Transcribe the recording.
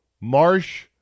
Marsh